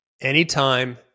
anytime